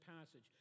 passage